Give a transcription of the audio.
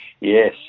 Yes